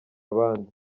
abandi